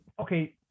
okay